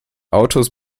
autos